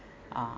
ah